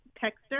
Texture